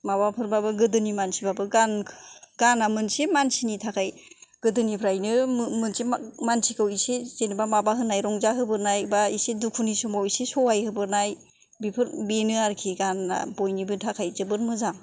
माबाफोरबाबो गोदोनि मानसिबाबो गान गाना मोनसे मानसिनि थाखाय गोदोनिफ्रायनो मोनसे मानसिनिखौ एसे जेनोबा माबा होनाय रंजा होबोनाय बा एसे दुखुनि समाव एसे सहाय होबोनाय बिफोर बिनो आरोखि गाना बयनिबो थाखाय जोबोत मोजां